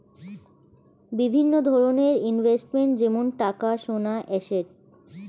বিভিন্ন ধরনের ইনভেস্টমেন্ট যেমন টাকা, সোনা, অ্যাসেট